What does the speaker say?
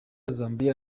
zambia